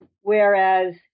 Whereas